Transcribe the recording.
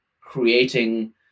creating